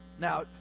Now